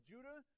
Judah